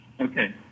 Okay